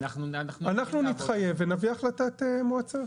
אנחנו נתחייב ונביא החלטת מועצה.